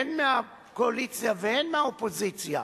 הן מהקואליציה והן מהאופוזיציה,